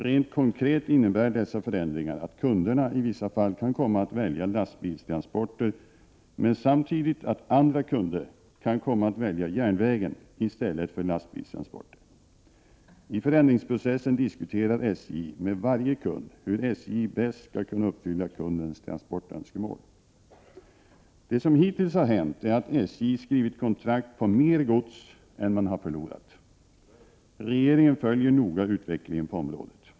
Rent konkret innebär dessa förändringar att kunderna i vissa fall kan komma att välja lastbilstransporter, men samtidigt att andra kunder kan komma att välja järnvägen i stället för lastbilstransporter. I förändringsprocessen diskuterar SJ med varje kund hur SJ bäst skall kunna uppfylla kundens transportönskemål. Det som hittills har hänt är att SJ skrivit kontrakt på mer gods än vad man har förlorat. Regeringen följer noga utecklingen på området.